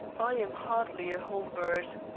i am hardly a home bird.